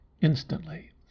instantly